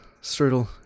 Strudel